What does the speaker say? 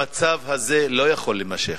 המצב הזה לא יכול להימשך.